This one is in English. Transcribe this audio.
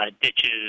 ditches